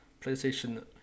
PlayStation